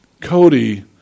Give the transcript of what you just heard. Cody